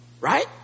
Right